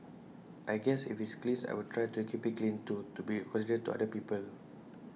I guess if it's clean I will try to keep IT clean too to be considerate to other people